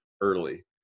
early